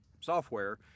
software